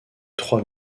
trois